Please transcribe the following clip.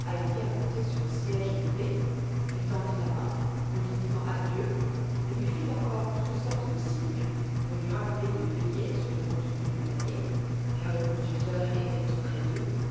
à monter sur le siège élevé lui tendit la main en lui disant adieu et lui fit encore toutes sortes de signes pour lui rappeler de veiller sur le contenu du panier car le conducteur était tout près d'eux